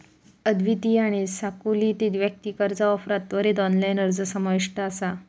अद्वितीय आणि सानुकूलित वैयक्तिक कर्जा ऑफरात त्वरित ऑनलाइन अर्ज समाविष्ट असा